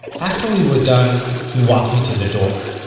after we were done, he walked me to the door.